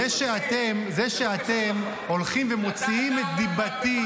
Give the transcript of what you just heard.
זה שאתם הולכים ומוציאים את דיבתי